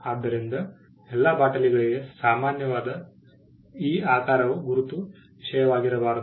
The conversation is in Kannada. ಆದ್ದರಿಂದ ಎಲ್ಲಾ ಬಾಟಲಿಗಳಿಗೆ ಸಾಮಾನ್ಯವಾದ ಈ ಆಕಾರವು ಗುರುತು ವಿಷಯವಾಗಿರಬಾರದು